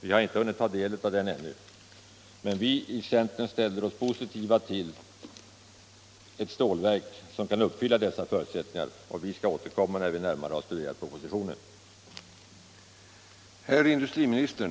Vi har inte hunnit ta del av den ännu, men vi i centern ställer oss positiva till ett stålverk som kan uppfylla de nämnda förutsättningarna, och vi skall återkomma när vi närmare har studerat propositionen.